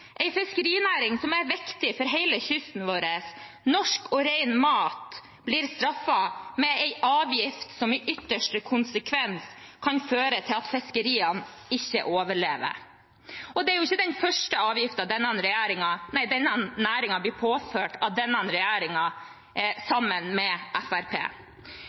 fiskerinæring som er viktig for hele kysten vår. Norsk og ren mat blir straffet med en avgift som i sin ytterste konsekvens kan føre til at fiskeriene ikke overlever. Og det er ikke den første avgiften denne næringen blir påført av denne regjeringen sammen med